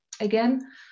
again